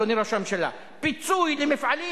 אדוני ראש הממשלה: פיצוי למפעלים